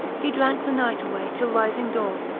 he drank the night away till rising dawn,